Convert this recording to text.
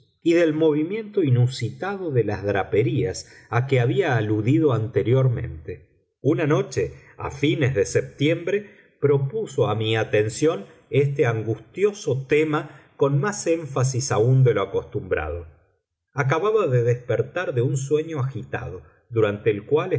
y del movimiento inusitado de las draperías a que había aludido anteriormente una noche a fines de septiembre propuso a mi atención este angustioso tema con más énfasis aún de lo acostumbrado acababa de despertar de un sueño agitado durante el cual